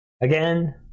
Again